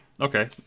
Okay